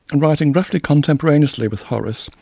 and writing roughly contemporaneously with horace,